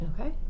Okay